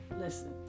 listen